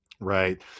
right